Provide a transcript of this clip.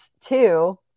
two